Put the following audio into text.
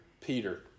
Peter